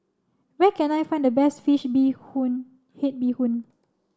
where can I find the best Fish Bee Hoon Head Bee Hoon